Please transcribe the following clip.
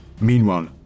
Meanwhile